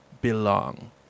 belong